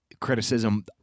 criticism